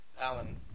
Alan